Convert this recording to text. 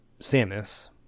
Samus